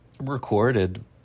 Recorded